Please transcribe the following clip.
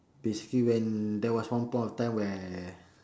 basically when there was one point of time where